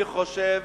אני חושב